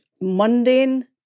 mundane